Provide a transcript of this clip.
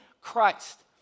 Christ